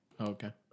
Okay